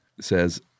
says